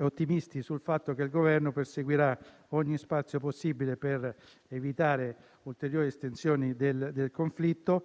ottimisti sul fatto che il Governo perseguirà ogni spazio possibile per evitare ulteriori estensioni del conflitto